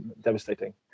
devastating